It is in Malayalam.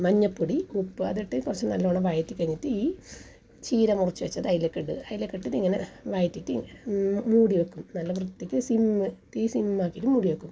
മഞ്ഞൾ പൊടി ഉപ്പ് അതിട്ട് നല്ലവണ്ണം ഒന്ന് വയറ്റി കഴിഞ്ഞിട്ട് ഈ ചീര മുറിച്ച് വെച്ചത് അതിലേക്ക് ഇട്ട് അതിലേക്ക് ഇട്ട് ഇങ്ങനെ വഴറ്റിയിട്ട് മൂടിവെക്കും നല്ല വൃത്തിക്ക് സിം തീ സിമ്മാക്കിയിട്ട് മൂടിവെക്കും